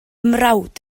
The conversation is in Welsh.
mrawd